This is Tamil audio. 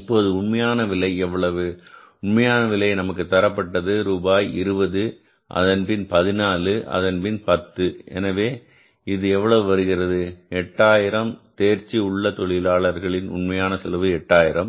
இப்போது உண்மையான விலை எவ்வளவு உண்மையான விலை நமக்கு தரப்பட்டது ரூபாய் 20 அதன்பின் ரூபாய் 14 அதன்பின் ரூபாய் 10 எனவே இது எவ்வளவு வருகிறது ரூபாய் 8000 தேர்ச்சி உள்ள தொழிலாளர்களின் உண்மையான செலவு 8000